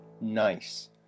Nice